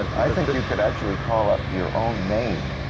i think you could actually call up your own name,